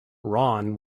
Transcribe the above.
ron